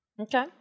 Okay